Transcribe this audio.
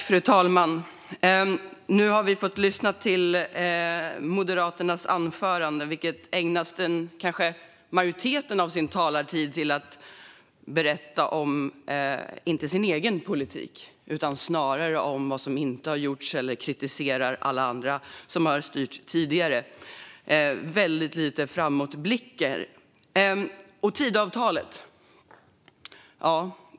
Fru talman! Nu har vi fått lyssna till Moderaternas anförande. Ledamoten ägnade kanske majoriteten av sin talartid åt att inte berätta om sin egen politik utan snarare åt att berätta om vad som inte har gjorts eller åt att kritisera alla andra som har styrt tidigare. Det var väldigt lite framåtblickar.